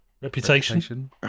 Reputation